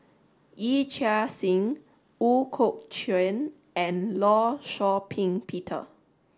Yee Chia Hsing Ooi Kok Chuen and Law Shau Ping Peter